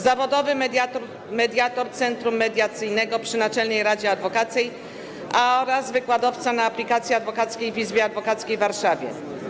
Zawodowy mediator Centrum Mediacyjnego przy Naczelnej Radzie Adwokackiej oraz wykładowca na aplikacji adwokackiej w Izbie Adwokackiej w Warszawie.